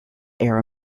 air